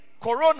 Corona